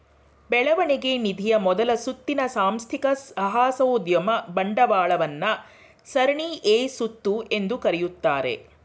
ಬೆಳವಣಿಗೆ ನಿಧಿಯ ಮೊದಲ ಸುತ್ತಿನ ಸಾಂಸ್ಥಿಕ ಸಾಹಸೋದ್ಯಮ ಬಂಡವಾಳವನ್ನ ಸರಣಿ ಎ ಸುತ್ತು ಎಂದು ಕರೆಯುತ್ತಾರೆ